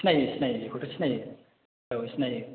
सिनायो सिनायो बेखौथ' सिनायो औ सिनायो